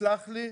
תסלח לי,